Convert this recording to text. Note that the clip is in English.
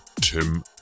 tim